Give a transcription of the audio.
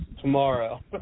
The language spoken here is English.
tomorrow